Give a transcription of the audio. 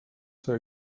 ser